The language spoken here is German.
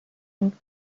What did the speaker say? und